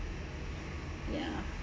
ya